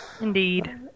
Indeed